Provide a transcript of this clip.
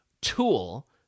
tool